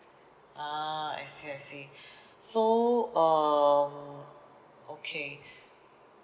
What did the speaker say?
ah I see I see so um okay